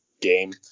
game